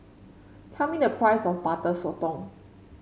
tell me the price of Butter Sotong